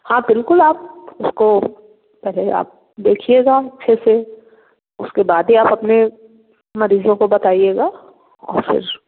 हाँ बिल्कुल आप इसको पहले आप देखिएगा फिर इसे उसके बाद ही आप अपने मरीज़ों को बताइएगा और फिर